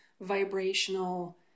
vibrational